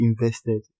invested